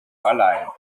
alleine